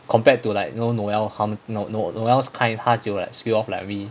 compared to like no noelle some no noelle's kind 他只有 scale off lightly